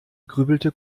grübelte